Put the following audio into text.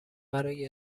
برای